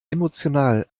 emotional